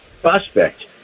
prospect